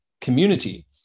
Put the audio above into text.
community